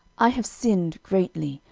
i have sinned greatly,